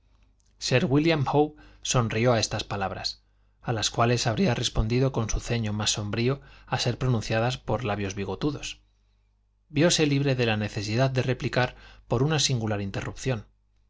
wílliam howe sonrió a estas palabras a las cuales habría respondido con su ceño más sombrío a ser pronunciadas por labios bigotudos vióse libre de la necesidad de replicar por una singular interrupción